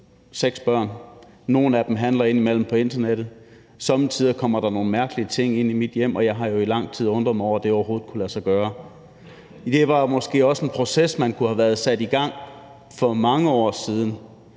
seks børn, nogle af dem handler indimellem på internettet, og somme tider kommer der nogle mærkelige ting ind i mit hjem, og jeg har jo i lang tid undret mig over, at det overhovedet kunne lade sig gøre. Ja, det var måske også en proces, der kunne have været sat i gang for mange år siden,